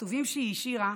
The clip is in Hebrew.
בכתובים שהיא השאירה,